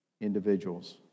individuals